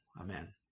Amen